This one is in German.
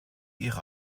ihre